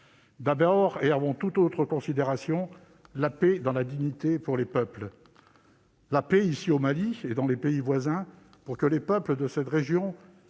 d'abord et avant toute autre considération, la paix dans la dignité pour les peuples, la paix, ici, au Mali et dans les pays voisins, pour que les peuples de cette région